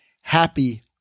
happy